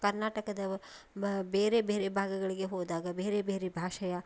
ಕರ್ನಾಟಕದವ ಬೇರೆ ಬೇರೆ ಭಾಗಗಳಿಗೆ ಹೋದಾಗ ಬೇರೆ ಬೇರೆ ಭಾಷೆಯ